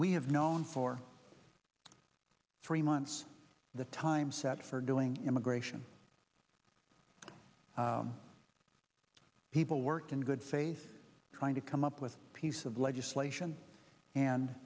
we have known for three months the time set for doing immigration people worked in good face trying to come up with a piece of legislation and